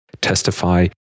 testify